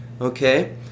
okay